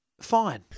fine